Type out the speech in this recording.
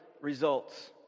results